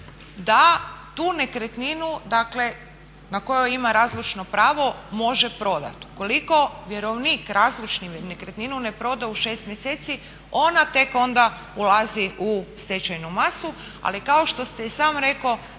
da tu nekretninu dakle na kojoj ima razlučno pravo može prodat. Ukoliko vjerovnik razlučnu nekretninu ne proda u 6 mjeseci ona tek onda ulazi u stečajnu masu. Ali kao što ste i sam rekao,